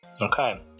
Okay